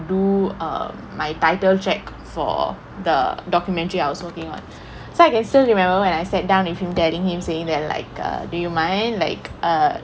do um my title check for the documentary I was working on so I can still remember when I sat down with him telling him saying that like err do you mind like err